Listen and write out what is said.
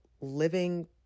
living